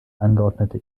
angeordnete